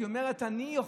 הוא יכול?